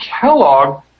Kellogg